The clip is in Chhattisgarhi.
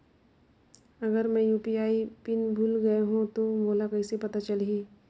अगर मैं यू.पी.आई पिन भुल गये हो तो मोला कइसे पता चलही?